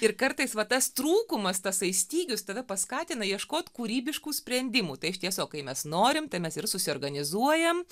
ir kartais va tas trūkumas tasai stygius tave paskatina ieškot kūrybiškų sprendimų tai iš tiesų kai mes norim tai mes ir susiorganizuojam